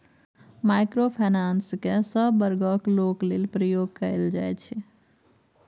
micro finance केँ सब बर्गक लोक लेल प्रयोग कएल जाइ छै